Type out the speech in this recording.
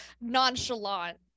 nonchalant